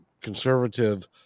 conservative